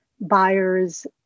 buyers